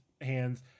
hands